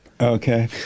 Okay